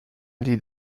gli